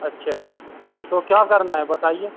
اچھا تو کیا کرنا ہے بتائیے